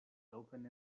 open